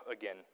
again